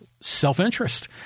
self-interest